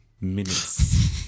minutes